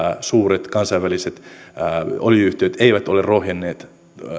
suuret kansainväliset öljy yhtiöt eivät ole rohjenneet